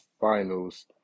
Finals